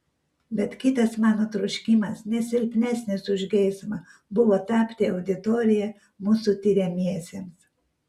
bet kitas mano troškimas ne silpnesnis už geismą buvo tapti auditorija mūsų tiriamiesiems